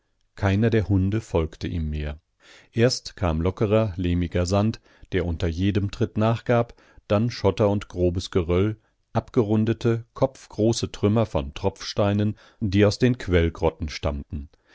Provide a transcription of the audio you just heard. keiner der hunde folgte ihm mehr erst kam lockerer lehmiger sand der unter jedem tritt nachgab dann schotter und grobes geröll abgerundete kopfgroße trümmer von tropfsteinen die aus den quellgrotten stammten